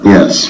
Yes